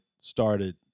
started